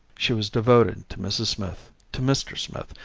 she was devoted to mrs. smith, to mr. smith,